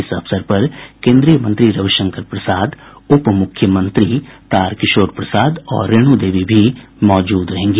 इस अवसर पर केन्द्रीय मंत्री रविशंकर प्रसाद उपमुख्यमंत्री तारकिशोर प्रसाद और रेणु देवी भी मौजूद रहेंगी